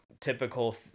typical